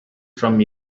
from